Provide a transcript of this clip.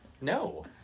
No